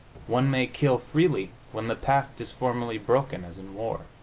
one may kill freely when the pact is formally broken, as in war.